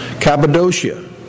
Cappadocia